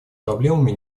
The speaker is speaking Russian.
проблемами